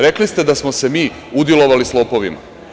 Rekli ste da smo se mi udilovali sa lopovima.